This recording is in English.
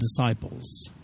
disciples